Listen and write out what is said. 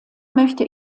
möchte